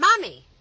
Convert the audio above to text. Mommy